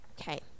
okay